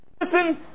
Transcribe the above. Listen